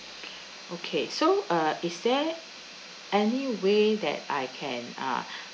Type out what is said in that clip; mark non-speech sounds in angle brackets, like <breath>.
okay so uh is there any way that I can uh <breath>